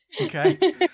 Okay